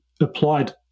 applied